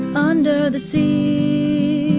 under the sea!